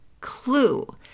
clue